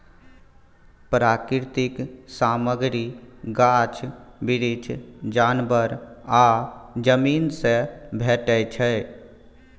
प्राकृतिक सामग्री गाछ बिरीछ, जानबर आ जमीन सँ भेटै छै